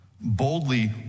Boldly